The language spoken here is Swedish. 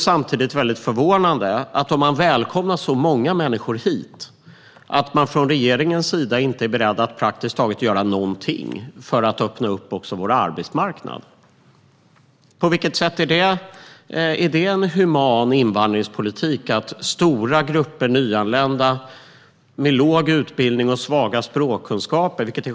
Samtidigt som vi välkomnar så många människor att komma hit förvånas man över att regeringen praktiskt taget inte är beredd att göra någonting för att även öppna upp vår arbetsmarknad. Hur kan detta kallas human invandringspolitik? Stora grupper nyanlända har låg utbildning och svaga språkkunskaper.